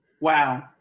Wow